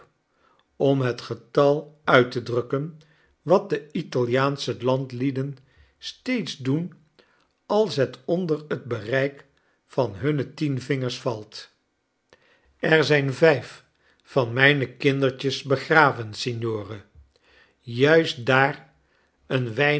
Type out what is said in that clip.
om het getal uit te drukken wat de italiaansche landlieden steeds doenals het onder t bereik van hunne tien vingers valt er zijn vijf van mijne kindertjes be graven s i g n o r e juist daar een